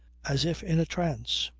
as if in a trance.